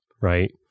right